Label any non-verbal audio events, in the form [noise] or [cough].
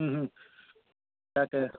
[unintelligible] তাকে